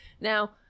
Now